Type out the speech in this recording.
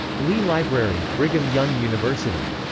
lee library, brigham young university